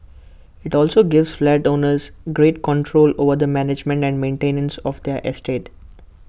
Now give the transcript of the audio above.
IT also gives flat owners greater control over the management and maintenance of their estate